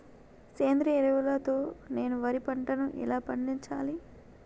సేంద్రీయ ఎరువుల తో నేను వరి పంటను ఎలా పండించాలి?